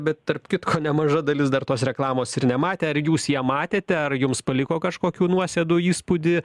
bet tarp kitko nemaža dalis dar tos reklamos ir nematė ar jūs ją matėte ar jums paliko kažkokių nuosėdų įspūdį